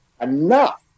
enough